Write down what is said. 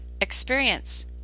experience